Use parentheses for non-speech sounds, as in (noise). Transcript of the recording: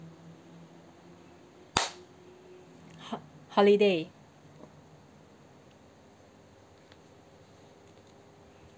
(noise) ho~ holiday